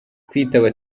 kwitaba